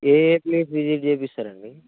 ఏయే place visit చేయిస్తారండి